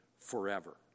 forever